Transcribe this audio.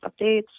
updates